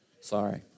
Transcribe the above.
Sorry